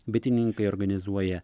bitininkai organizuoja